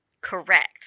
Correct